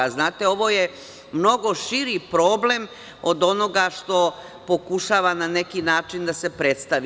Znate ovo je mnogo širi problem od onoga što pokušava na neki način da se predstavi.